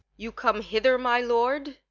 you come hither, my lord,